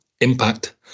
impact